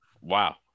wow